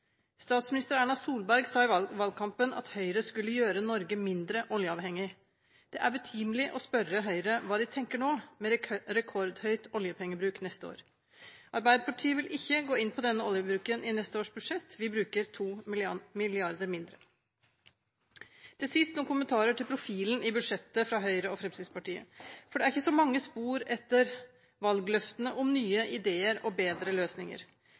Statsminister Erna Solberg sa i valgkampen at Høyre skulle gjøre Norge mindre oljeavhengig. Det er betimelig å spørre Høyre hva de tenker nå, med rekordhøyt oljepengebruk neste år. Arbeiderpartiet vil ikke gå inn på denne oljebruken i neste års budsjett; vi bruker 2 mrd. kr mindre. Til sist noen kommentarer til profilen i budsjettet fra Høyre og Fremskrittspartiet: Det er ikke så mange spor etter valgløftene om nye ideer og bedre løsninger.